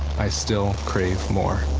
i still crave more.